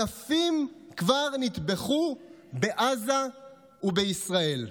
אלפים כבר נטבחו בעזה ובישראל.